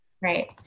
Right